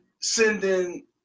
sending